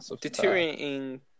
deteriorating